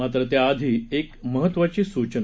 मात्र त्याआधी एक महत्त्वाची सूचना